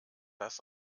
das